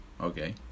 okay